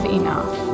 enough